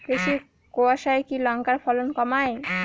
বেশি কোয়াশায় কি লঙ্কার ফলন কমায়?